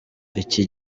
iki